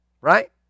Right